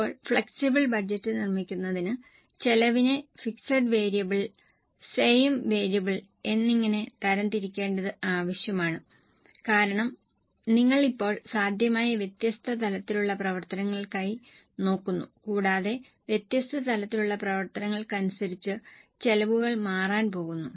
ഇപ്പോൾ flexible budget നിർമ്മിക്കുന്നതിന് ചെലവിനെ ഫിക്സഡ് വേരിയബിൾ സെയിം വേരിയബിൾ എന്നിങ്ങനെ തരംതിരിക്കേണ്ടത് ആവശ്യമാണ് കാരണം നിങ്ങൾ ഇപ്പോൾ സാധ്യമായ വ്യത്യസ്ത തലത്തിലുള്ള പ്രവർത്തനങ്ങൾക്കായി നോക്കുന്നു കൂടാതെ വ്യത്യസ്ത തലത്തിലുള്ള പ്രവർത്തനങ്ങൾക്കനുസരിച്ച് ചെലവുകൾ മാറാൻ പോകുന്നു